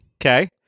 Okay